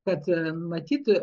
kad matyt